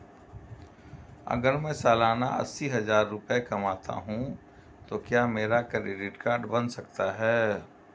अगर मैं सालाना अस्सी हज़ार रुपये कमाता हूं तो क्या मेरा क्रेडिट कार्ड बन सकता है?